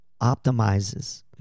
optimizes